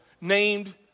named